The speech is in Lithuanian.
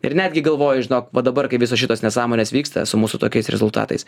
ir netgi galvoju žinok va dabar kai visos šitos nesąmonės vyksta su mūsų tokiais rezultatais